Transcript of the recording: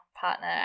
partner